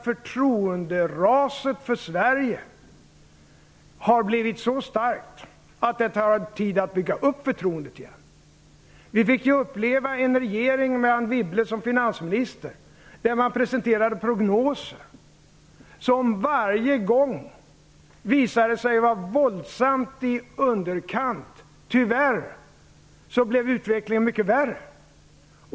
Förtroenderaset för Sverige har varit så starkt att det tar tid att bygga upp förtroendet igen. Vi fick uppleva en regering med Anne Wibble som finansminister, som presenterade prognoser som varje gång visade sig vara våldsamt i underkant. Tyvärr blev utvecklingen mycket värre.